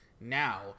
Now